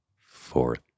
Fourth